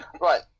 Right